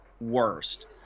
worst